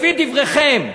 לפי דבריכם?